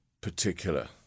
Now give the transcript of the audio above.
particular